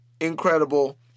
Incredible